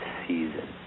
season